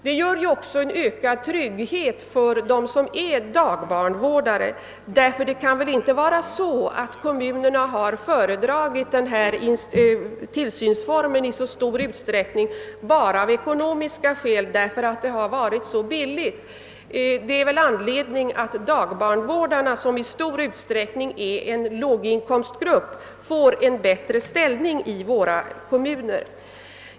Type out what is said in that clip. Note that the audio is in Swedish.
Detta betyder också en ökad trygghet för dessa vårdare, ty kommunerna kan väl inte ha föredragit denna tillsynsform i så stor utsträckning av enbart ekonomiska skäl. Det finns anledning att barndagvårdarna, som i stor utsträckning tillhör låginkomstgruppen, får en bättre ställning.